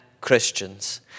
Christians